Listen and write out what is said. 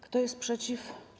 Kto jest przeciw?